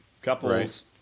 Couples